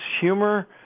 humor